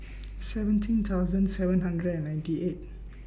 seventeen thousand seven hundred and ninety eight